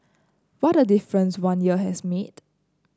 what a difference one year has made